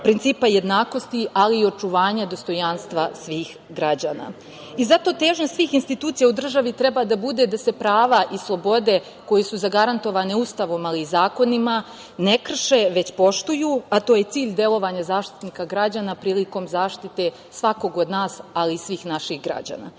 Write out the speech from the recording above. principa jednakosti, ali i očuvanja dostojanstva svih građana. Zato, težnja svih institucija u državi treba da bude da se prava i slobode koje su zagarantovane Ustavom, ali i zakonima ne krše, već poštuju, a to je cilj delovanja Zaštitnika građana prilikom zaštite svakog od nas, ali i svih naših